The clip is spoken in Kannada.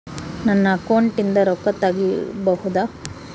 ನನ್ನ ಅಕೌಂಟಿಂದ ರೊಕ್ಕ ತಗಿಬಹುದಾ?